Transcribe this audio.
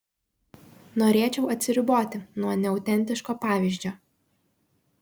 norėčiau atsiriboti nuo neautentiško pavyzdžio